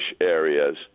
areas